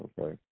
okay